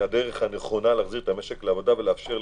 הדרך הנכונה להחזיר את המשק לעבודה ולאפשר,